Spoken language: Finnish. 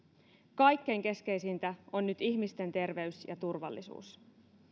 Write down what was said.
kaikkein keskeisintä on nyt ihmisten terveys ja turvallisuus